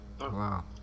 Wow